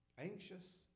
anxious